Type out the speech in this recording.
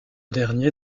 dernier